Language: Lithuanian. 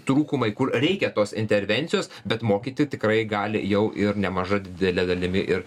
trūkumai kur reikia tos intervencijos bet mokyti tikrai gali jau ir nemaža didele dalimi ir